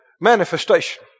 manifestation